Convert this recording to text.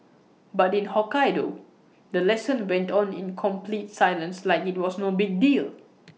but in Hokkaido the lesson went on in complete silence like IT was no big deal